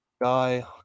Guy